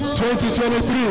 2023